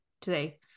today